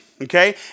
okay